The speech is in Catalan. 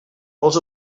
vols